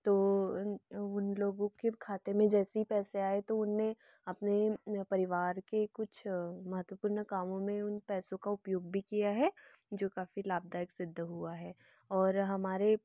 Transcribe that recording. तो उन लोगों के खाते में जैसे ही पैसे आए तो उसने अपने परिवार के कुछ महत्वपूर्ण कामों मे उन पैसों का उपयोग भी किया है जो काफ़ी लाभदायक सिद्ध हुआ है और हमारे